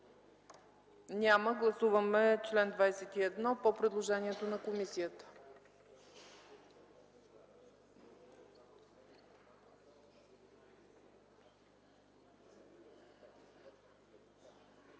Няма. Гласуваме чл. 21 по предложението на комисията.